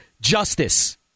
justice